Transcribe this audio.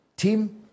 team